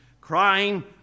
crying